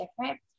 different